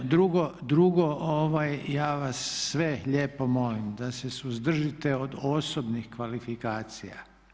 Drugo, ja vas sve lijepo molim da se suzdržite od osobnih kvalifikacija.